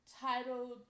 titled